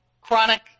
chronic